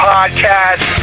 Podcast